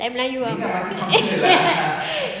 like melayu ah